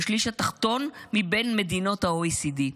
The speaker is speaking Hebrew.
התחתון מבין מדינות ה-OECD,